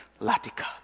Latika